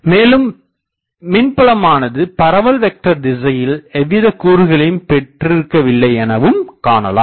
மேலும் மின்புலமானது பரவல் வெக்டர் திசையில் எவ்வித கூறுகளையும் பெற்றிருக்கவில்லையெனவும் காணலாம்